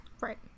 Right